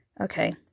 Okay